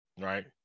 right